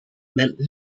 meant